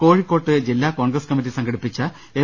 കോഴിക്കോട്ട് ജില്ലാ കോൺഗ്രസ് കമ്മിറ്റി സംഘടിപ്പിച്ച എം